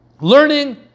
learning